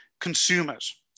consumers